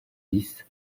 dix